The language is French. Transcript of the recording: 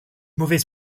mauvaise